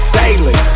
daily